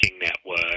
network